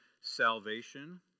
salvation